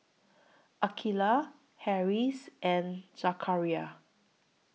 Aqeelah Harris and Zakaria